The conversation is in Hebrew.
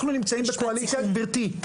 אנחנו נמצאים בקואליציה גבירתי,